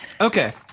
Okay